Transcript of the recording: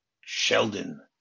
Sheldon